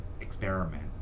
experiment